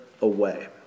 away